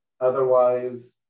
Otherwise